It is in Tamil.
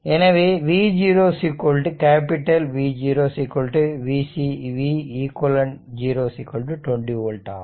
எனவே v0 V0v cq 0 20 ஓல்ட் ஆகும்